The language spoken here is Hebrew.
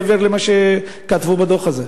מעבר למה שכתבו בדוח הזה.